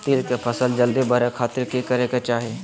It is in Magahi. तिल के फसल जल्दी बड़े खातिर की करे के चाही?